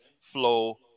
flow